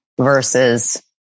versus